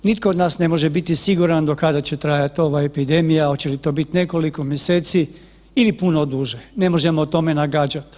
Nitko od nas ne može biti siguran do kada će trajati ova epidemija, hoće li to biti nekoliko mjeseci ili puno duže, ne možemo o tome nagađat.